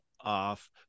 off